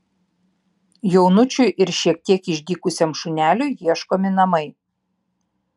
jaunučiui ir šiek tiek išdykusiam šuneliui ieškomi namai